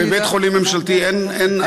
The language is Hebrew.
בבית-חולים ממשלתי אין,